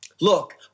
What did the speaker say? look